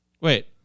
Wait